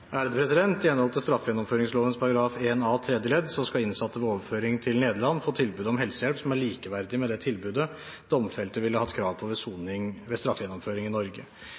I henhold til straffegjennomføringsloven § 1 a tredje ledd skal innsatte ved overføring til Nederland få tilbud om helsehjelp som er likeverdig med det tilbudet domfelte ville hatt krav på ved straffegjennomføring i Norge.